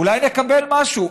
אולי נקבל משהו.